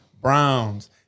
Browns